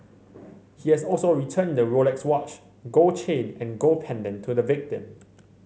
he has also returned the Rolex watch gold chain and gold pendant to the victim